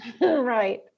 right